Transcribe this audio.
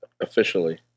officially